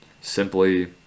simply